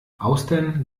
austern